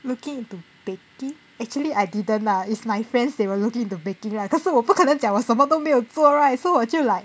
looking into baking actually I didn't lah it's my friends they were looking into baking lah cause 我不可能讲我什么都没有做 right so 我就 like